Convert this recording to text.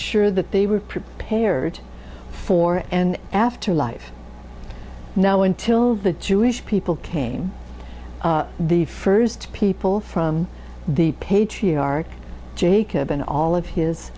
sure that they were prepared for an afterlife now until the jewish people came the first people from the patriarch jacob and all of his